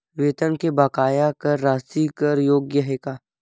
वेतन के बकाया कर राशि कर योग्य हे का?